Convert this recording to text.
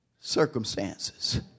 circumstances